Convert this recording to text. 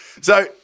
So-